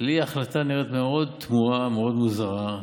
לי ההחלטה נראית מאוד תמוהה, מאוד מוזרה.